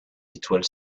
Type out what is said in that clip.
étoile